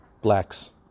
blacks